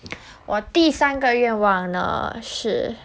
我第三个愿望呢是